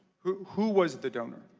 who who was the donor?